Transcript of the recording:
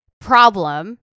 problem